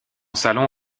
salon